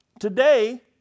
Today